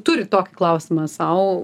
turi tokį klausimą sau